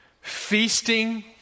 feasting